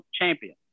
champion